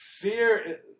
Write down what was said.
Fear